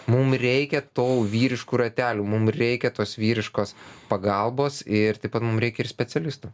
mum reikia to vyriškų ratelių mum reikia tos vyriškos pagalbos ir taip pat mum reikia ir specialistų